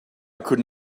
could